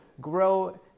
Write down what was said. grow